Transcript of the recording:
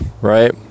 right